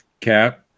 cap